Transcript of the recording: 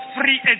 free